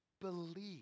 believe